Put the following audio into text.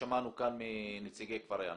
שמענו את זה כאן מנציגי כפרי הנוער.